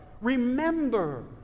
remember